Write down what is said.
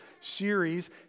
series